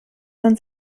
uns